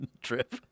trip